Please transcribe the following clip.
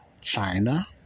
China